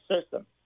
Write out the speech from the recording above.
System